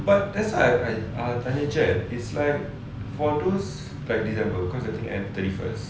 but that's why I trying to check it's like for those apply december cause the thing ends thirty first